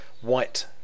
white